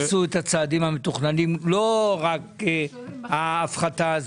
ולא רק את ההפחתה הזאת,